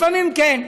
לפעמים כן,